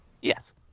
Yes